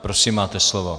Prosím máte slovo.